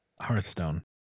Hearthstone